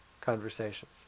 conversations